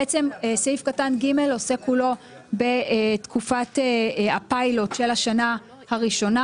בעצם סעיף קטן (ג) עוסק כוללו בתקופת הפיילוט של השנה ראשונה,